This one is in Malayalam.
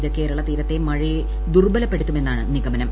ഇത് കേരള തീരത്തെ മഴയെ ദുർബലപ്പെടുത്തുമെന്നാണ് നിഗമനം